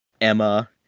Emma